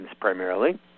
primarily